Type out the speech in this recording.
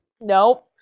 Nope